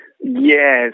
Yes